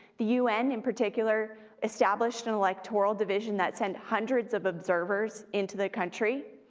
the un in particular established an electoral division that sent hundreds of observers into the country,